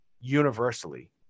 universally